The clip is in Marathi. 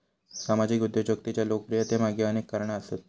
सामाजिक उद्योजकतेच्या लोकप्रियतेमागे अनेक कारणा आसत